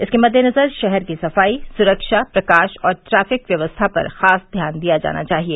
इसके मददेनजर शहर की सफाई सुरक्षा प्रकाश और ट्रैफ़िक व्यवस्था पर खास ध्यान दिया जाना चाहिए